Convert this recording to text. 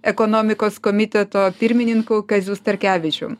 ekonomikos komiteto pirmininku kaziu starkevičium